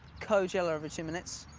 coachella every two minutes,